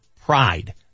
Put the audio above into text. pride